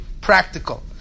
practical